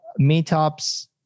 Meetups